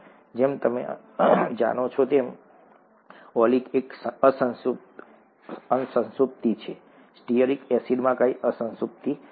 જેમ તમે જાણો છો કે ઓલિક એક અસંતૃપ્તિ છે સ્ટીઅરિક એસિડમાં કોઈ અસંતૃપ્તિ નથી